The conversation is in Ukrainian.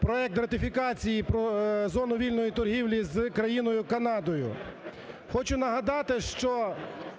проект ратифікації про зону вільної торгівлі з країною Канадою. Хочу нагадати, що